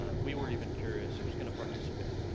ah we were even curious who's going to participate.